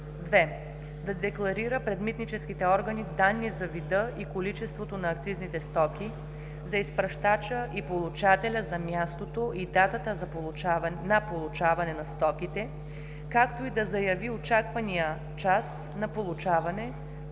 2. да декларира пред митническите органи данни за вида и количеството на акцизните стоки, за изпращача и получателя, за мястото и датата на получаване на стоките, както и да заяви очаквания час на